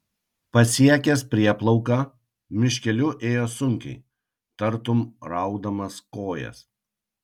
pasiekęs prieplauką miškeliu ėjo sunkiai tartum raudamas kojas